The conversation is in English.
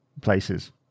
places